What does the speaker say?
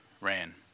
ran